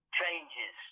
changes